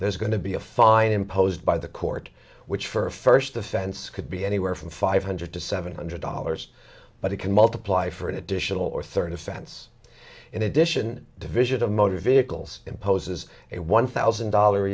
there's going to be a fine imposed by the court which for a first offense could be anywhere from five hundred to seven hundred dollars but it can multiply for an additional or third offense in addition division of motor vehicles imposes a one thousand dollar